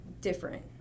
different